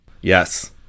Yes